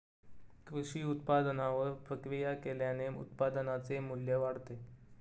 कृषी उत्पादनावर प्रक्रिया केल्याने उत्पादनाचे मू्ल्य वाढते